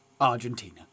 Argentina